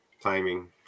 Timing